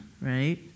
right